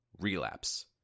relapse